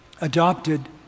adopted